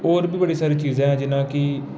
होर बी बड़ी सारी चीजां हैन जि'यां कि